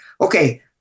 okay